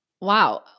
wow